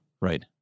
Right